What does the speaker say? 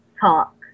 talk